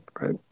right